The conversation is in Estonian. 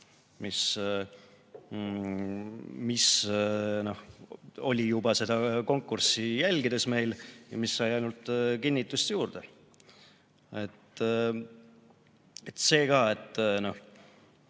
mis oli juba seda konkurssi jälgides meil ja mis sai ainult kinnitust juurde. Ja seda ma